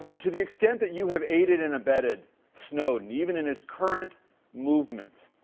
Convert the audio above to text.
to the extent that you have aided and abetted snowden, even in his current movements,